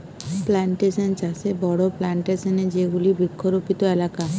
plantation চাষে বড়ো plantation এ যেগুলি বৃক্ষরোপিত এলাকা